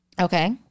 Okay